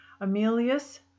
Amelius